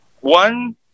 one